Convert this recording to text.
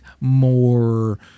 more